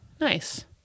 Nice